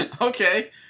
Okay